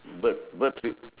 bird bird feed